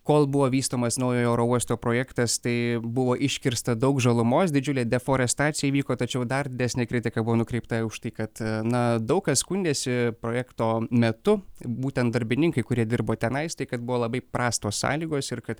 kol buvo vystomas naujojo oro uosto projektas tai buvo iškirsta daug žalumos didžiulė deforestacija įvyko tačiau dar didesnė kritika buvo nukreipta už tai kad na daug kas skundėsi projekto metu būtent darbininkai kurie dirbo tenais tai kad buvo labai prastos sąlygos ir kad